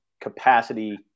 capacity